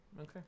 okay